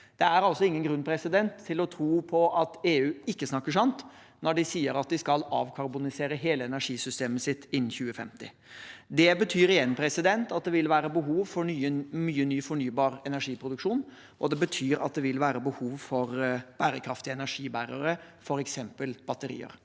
Det er ingen grunn til å tro at EU ikke snakker sant når de sier at de skal avkarbonisere hele energisystemet sitt innen 2050. Det betyr igjen at det vil være behov for mye ny fornybar energiproduksjon, og det betyr at det vil være behov for bærekraftige energibærere, f.eks. batterier.